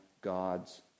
God's